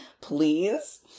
Please